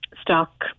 stock